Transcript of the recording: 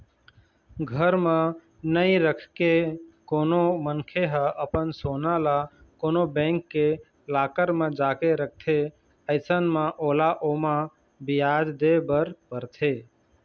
घर म नइ रखके कोनो मनखे ह अपन सोना ल कोनो बेंक के लॉकर म जाके रखथे अइसन म ओला ओमा बियाज दे बर परथे